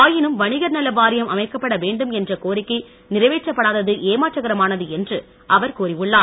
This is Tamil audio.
ஆயினும் வணிகர் நல வாரியம் அமைக்கப்பட வேண்டும் என்ற கோரிக்கை நிறைவேற்றப்படாதது ஏமாற்றகரமானது என்று அவர் கூறியுள்ளார்